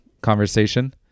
conversation